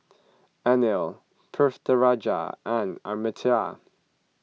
Anil Pritiviraj and Amartya